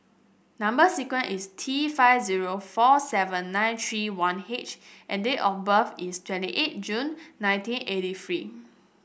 number sequence is T five zero four seven nine three one H and date of birth is twenty eight June nineteen eighty three